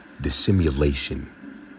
dissimulation